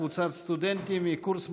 קבוצת סטודנטים מקורס מנהיגות,